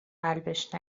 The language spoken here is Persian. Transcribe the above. قلبش